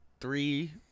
three